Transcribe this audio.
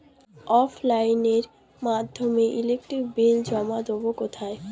অফলাইনে এর মাধ্যমে ইলেকট্রিক বিল জমা দেবো কোথায়?